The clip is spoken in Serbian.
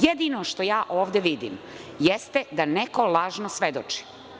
Jedino što ja ovde vidim jeste da neko lažno svedoči.